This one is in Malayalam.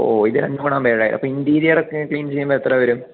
ഓ ഇത് രണ്ടുംകൂടെ ആണെങ്കിൽ ഏഴായിരം അപ്പം ഇൻറീരിയറൊക്കെ ക്ലീൻ ചെയ്യുമ്പോൾ എത്ര വരും